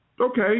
okay